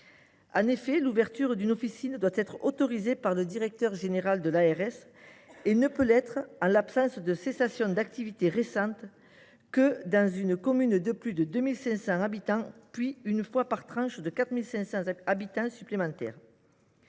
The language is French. En effet, l’ouverture d’une officine doit être autorisée par le directeur général de l’ARS et ne peut l’être, en l’absence de cessation d’activité récente, que dans une commune de plus de 2 500 habitants, puis une fois par tranche de 4 500 habitants supplémentaires.